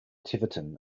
tiverton